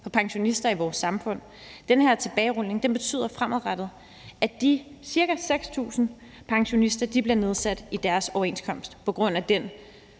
for pensionister i vores samfund. Den her tilbagerulning betyder fremadrettet, at de ca. 6.000 pensionister bliver nedsat i deres pension på grund af den